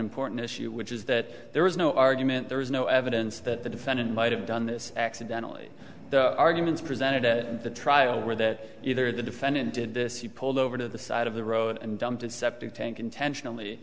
important issue which is that there is no argument there is no evidence that the defendant might have done this accidentally the arguments presented to the trial were that either the defendant did this you pulled over to the side of the road and dumped in septic tank intentionally